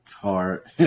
Hard